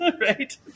right